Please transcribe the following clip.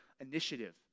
initiative